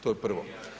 To je prvo.